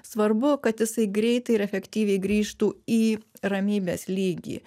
svarbu kad jisai greitai ir efektyviai grįžtų į ramybės lygį